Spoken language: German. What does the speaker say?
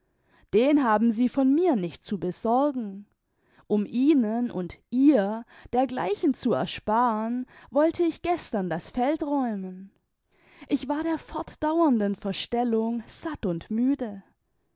den haben sie von mir nicht zu besorgen um ihnen und ihr dergleichen zu ersparen wollt ich gestern das feld räumen ich war der fortdauernden verstellung satt und müde